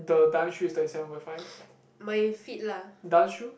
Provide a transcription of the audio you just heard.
the dance shoe is thirty seven point five dance shoe